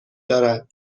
دارد